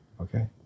Okay